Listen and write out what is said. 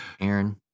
Aaron